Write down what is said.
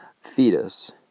fetus